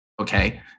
okay